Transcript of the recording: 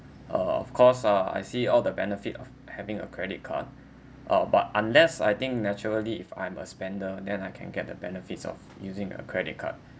uh of course uh I see all the benefit of having a credit card uh but unless I think naturally if I'm a spender then I can get the benefits of using a credit card